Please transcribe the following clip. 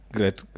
Great